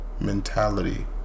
mentality